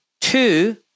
two